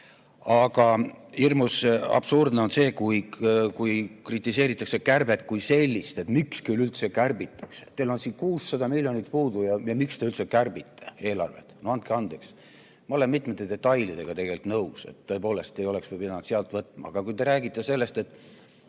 Aga hirmus absurdne on see, kui kritiseeritakse kärbet kui sellist. Miks küll üldse kärbitakse, teil on siin 600 miljonit puudu ja miks te üldse kärbite eelarvet? No andke andeks! Ma olen mitmete detailidega tegelikult nõus, et tõepoolest ei oleks pidanud sealt võtma. Aga te üldse ei räägi sellest,